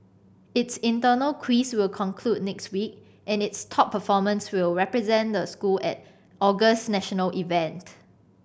its internal quiz will conclude next week and its top performers will represent the school at August's national event